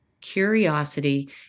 curiosity